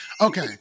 Okay